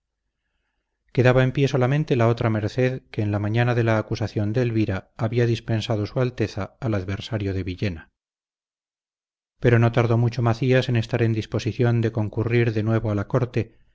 quedaba en pie solamente la otra merced que en la mañana de la acusación de elvira había dispensado su alteza al adversario de villena pero no tardó mucho macías en estar en disposición de concurrir de nuevo a la corte